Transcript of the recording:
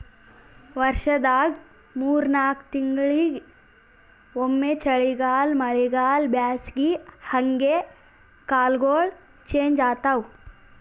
ವರ್ಷದಾಗ್ ಮೂರ್ ನಾಕ್ ತಿಂಗಳಿಂಗ್ ಒಮ್ಮ್ ಚಳಿಗಾಲ್ ಮಳಿಗಾಳ್ ಬ್ಯಾಸಗಿ ಹಂಗೆ ಕಾಲ್ಗೊಳ್ ಚೇಂಜ್ ಆತವ್